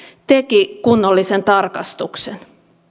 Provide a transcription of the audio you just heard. tekivät kunnollisen tarkastuksen